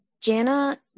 Jana